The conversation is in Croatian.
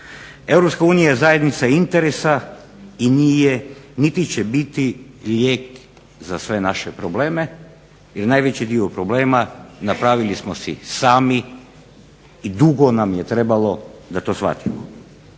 Europska unija je zajednica interesa i nije niti će biti lijek za sve naše probleme, jer najveći dio problema napravili smo si sami i dugo nam je trebalo da to shvatimo.